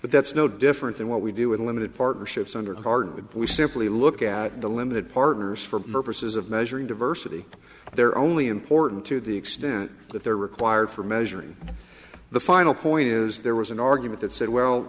but that's no different than what we do with limited partnerships under hardwoods we simply look at the limited partners for purposes of measuring diversity they're only important to the extent that they're required for measuring the final point is there was an argument that said well